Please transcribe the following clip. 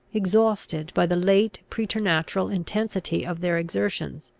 exhausted by the late preternatural intensity of their exertions,